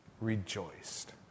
Rejoiced